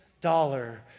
dollar